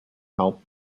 help